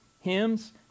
hymns